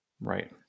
Right